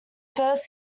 first